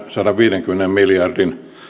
sadanviidenkymmenen miljardin